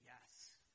Yes